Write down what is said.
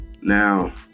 Now